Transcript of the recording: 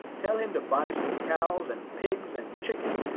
tell him to buy some cows and pigs and chickens,